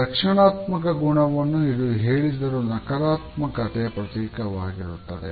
ರಕ್ಷಣಾತ್ಮಕ ಗುಣವನ್ನು ಇದು ಹೇಳಿದರು ನಕಾರಾತ್ಮಕತೆಯ ಪ್ರತೀಕವಾಗಿರುತ್ತದೆ